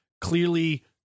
clearly